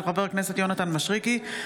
של חבר הכנסת יונתן מישרקי,